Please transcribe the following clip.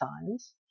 signs